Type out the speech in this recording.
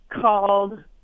called